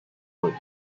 wood